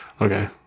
Okay